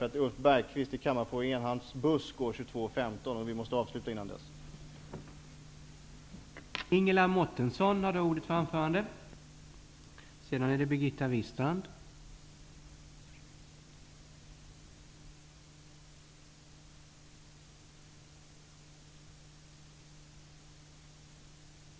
Den buss som Ulf Bergqvist i kammarfoajén skall åka med går kl.22.15, och vi måste vara färdiga före den tidpunkten.